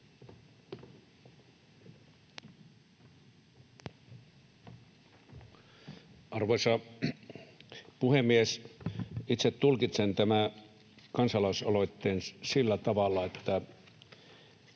Arvoisa puhemies! Itse tulkitsen tämän kansalaisaloitteen sillä tavalla, että